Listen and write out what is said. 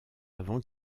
avant